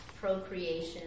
procreation